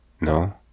No